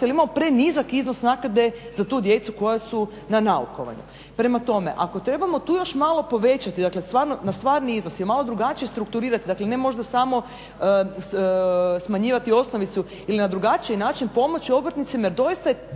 jer imamo prenizak iznos naknade za tu djecu koja su na naukovanju. Prema tome, ako trebamo tu još malo povećati na stvarni iznos i malo drugačije strukturirati ne možda samo smanjivati osnovicu ili na drugačiji način pomoći obrtnicima jer doista je